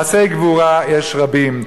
מעשי גבורה יש רבים,